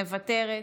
מוותרת.